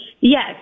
Yes